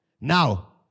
Now